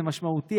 זה משמעותי,